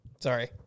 Sorry